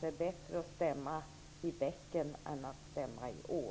Bättre att stämma i bäcken än i ån.